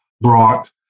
brought